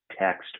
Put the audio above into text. text